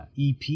EP